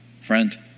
Friend